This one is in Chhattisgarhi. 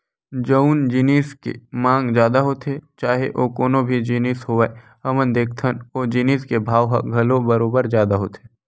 जउन जिनिस के मांग जादा होथे चाहे ओ कोनो भी जिनिस होवय हमन देखथन ओ जिनिस के भाव ह घलो बरोबर जादा होथे